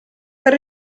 per